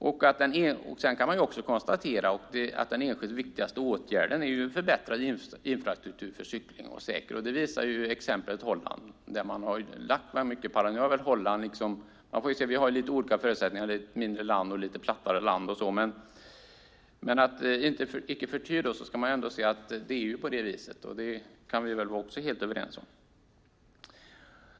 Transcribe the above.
Man kan konstatera att den enskilt viktigaste åtgärden är förbättrad infrastruktur för cykling. Det visar exemplet Holland. Sverige och Holland har lite olika förutsättningar. Holland är ett mindre och plattare land. Men det är på det viset, vilket vi kan vara helt överens om.